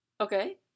Okay